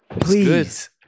Please